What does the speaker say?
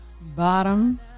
bottom